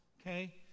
Okay